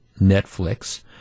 Netflix